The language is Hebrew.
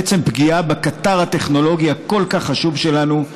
בעצם פגיעה בקטר הטכנולוגי הכל-כך חשוב שלנו,